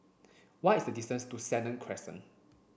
why is the distance to Senang Crescent